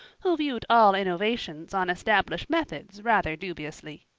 who viewed all innovations on established methods rather dubiously.